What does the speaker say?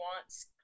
wants